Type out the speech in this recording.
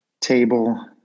table